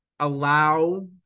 allow